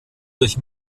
durch